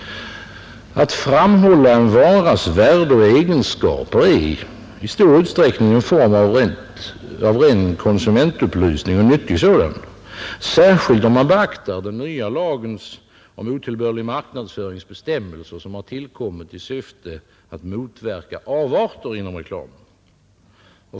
Att framhålla en varas värde och egenskaper är i stor utsträckning en form av nyttig konsumentupplysning, särskilt om man beaktar bestäm melserna i den nya lagen om otillbörlig marknadsföring, som har tillkommit i syfte att motverka avarter inom reklamen.